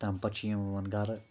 تمہِ پتہٕ چھِ یِم یِوان گرٕ